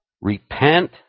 Repent